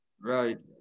right